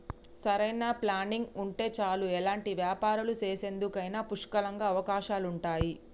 సరైన ప్లానింగ్ ఉంటే చాలు ఎలాంటి వ్యాపారాలు చేసేందుకైనా పుష్కలంగా అవకాశాలుంటయ్యి